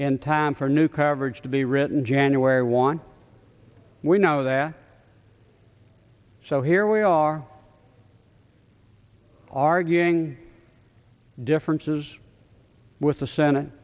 in time for new coverage to be written january one we know that so here we are arguing differences with the senate